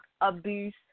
abuse